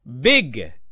big